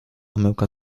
omyłkę